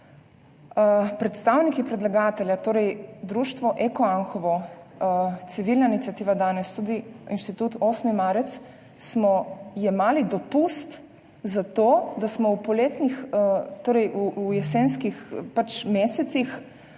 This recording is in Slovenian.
Predstavniki predlagatelja, torej društvo EKO Anhovo, civilna iniciativa Danes, tudi Inštitut 8. marec, smo jemali dopust, zato da smo v jesenskih mesecih